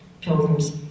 pilgrims